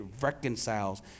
reconciles